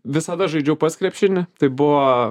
visada žaidžiau pats krepšinį tai buvo